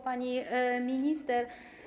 Pani Minister!